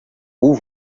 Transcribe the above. vous